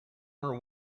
her